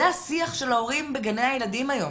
זה השיח של ההורים בגני הילדים היום,